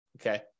Okay